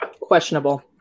questionable